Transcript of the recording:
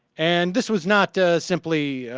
and this was not ah. simply